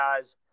guys